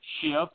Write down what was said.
...shift